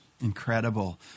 Incredible